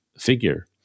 figure